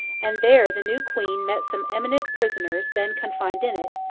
and there the new queen met some eminent prisoners then confined in it,